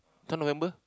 thought November